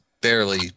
barely